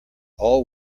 all